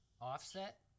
Offset